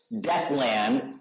deathland